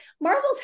marvels